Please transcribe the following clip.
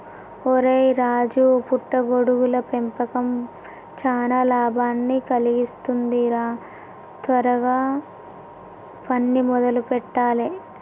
ఒరై రాజు పుట్ట గొడుగుల పెంపకం చానా లాభాన్ని కలిగిస్తుంది రా త్వరగా పనిని మొదలు పెట్టాలే